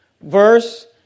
verse